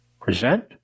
Present